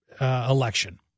election